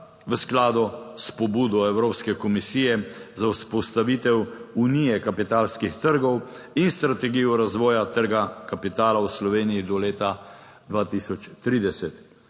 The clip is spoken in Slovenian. v skladu s pobudo Evropske komisije za vzpostavitev unije kapitalskih trgov in strategijo razvoja trga kapitala v Sloveniji do leta 2030.